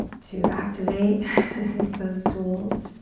to activate those tools.